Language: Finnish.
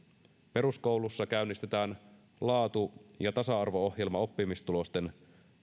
peruskoulussa käynnistetään laatu ja tasa arvo ohjelma oppimistulosten